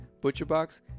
ButcherBox